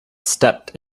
stepped